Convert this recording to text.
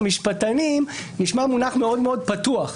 של המשפטנים נשמע מונח מאוד מאוד פתוח,